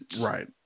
Right